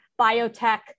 biotech